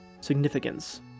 significance